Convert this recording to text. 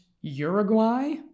Uruguay